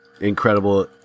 incredible